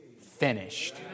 finished